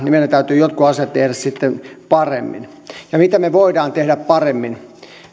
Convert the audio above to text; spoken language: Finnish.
meidän täytyy jotkut asiat tehdä sitten paremmin ja mitä me voimme tehdä paremmin